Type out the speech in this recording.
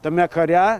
tame kare